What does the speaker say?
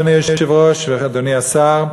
אדוני היושב-ראש ואדוני השר,